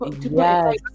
Yes